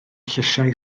llysiau